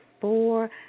four